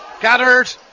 Gathered